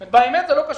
באמת זה לא קשור.